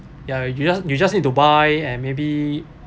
ya you just you just need to buy and maybe